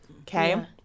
Okay